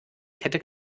kette